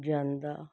ਜਾਂਦਾ